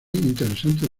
interesantes